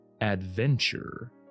adventure